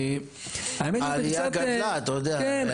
העלייה גדלה אתה יודע.